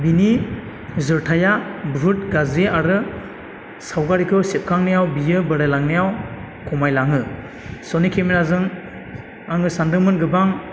बिनि जोरथाया बुहुद गाज्रि आरो सावगारिखौ सेबखांनायाव बियो बोरायलांनायाव खमाय लाङो सनि केमेराजों आङो सान्दोंमोन गोबां